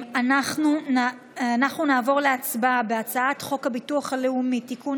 אנחנו נעבור להצבעה על הצעת חוק הביטוח הלאומי (תיקון,